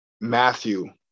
Matthew